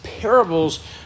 parables